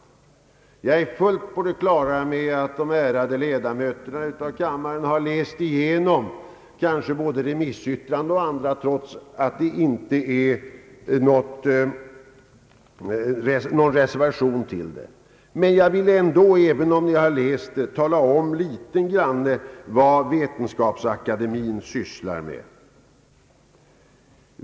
Kammarledamöterna har säkert läst igenom både remissyttranden och annat material, trots att det inte föreligger någon reservation. Men jag vill ändå här nämna vad Vetenskapsakademien sysslar med.